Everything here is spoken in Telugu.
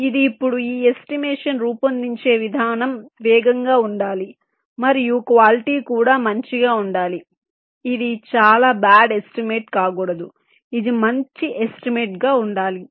ఇది ఇప్పుడు ఈ ఎస్టిమేషన్ రూపొందించే విధానం వేగంగా ఉండాలి మరియు క్వాలిటీ కూడా మంచిగా ఉండాలి ఇది చాలా బ్యాడ్ ఎస్టిమేట్ కాకూడదు ఇది మంచి ఎస్టిమేట్ గా ఉండాలి